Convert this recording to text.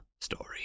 story